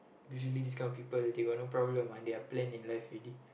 usually this kind of people they got no problem ah they are plan in life already